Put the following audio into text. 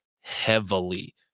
heavily